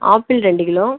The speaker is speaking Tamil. ஆப்பிள் ரெண்டு கிலோ